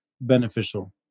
beneficial